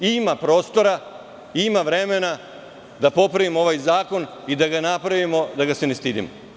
Ima prostora, ima vremena da popravimo ovaj zakon i da ga napravimo, da ga se ne stidimo.